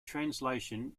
translation